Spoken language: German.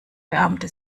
beamte